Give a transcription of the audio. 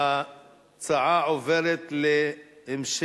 ההצעה להעביר את